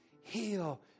heal